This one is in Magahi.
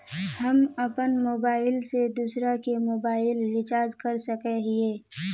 हम अपन मोबाईल से दूसरा के मोबाईल रिचार्ज कर सके हिये?